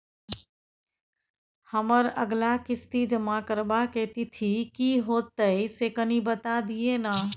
हमर अगला किस्ती जमा करबा के तिथि की होतै से कनी बता दिय न?